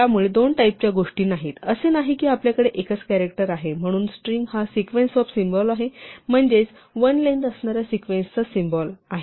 त्यामुळे दोन टाईपच्या गोष्टी नाहीत असे नाही की आपल्याकडे एकच कॅरॅक्टर आहे आणि म्हणून स्ट्रिंग हा सिक्वेन्स ऑफ सिम्बॉल आहे म्हणजेच 1लेंग्थ असणारा सिक्वेन्सचा सिम्बॉल आहे